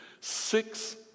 six